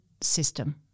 system